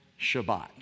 Shabbat